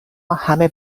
همه